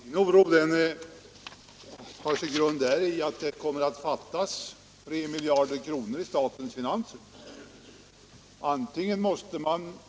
Herr talman! Min oro har sin grund däri att det kommer att fattas 3 miljarder kronor i statens finanser.